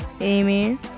Amy